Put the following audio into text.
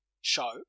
Show